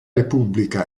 repubblica